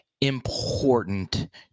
important